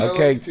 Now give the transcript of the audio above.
Okay